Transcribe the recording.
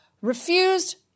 refused